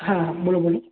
હા બોલો બોલો